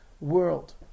world